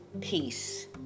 peace